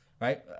right